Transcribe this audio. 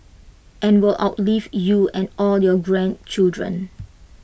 and will outlive you and all your grandchildren